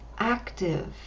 active